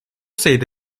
sayıda